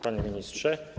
Panie Ministrze!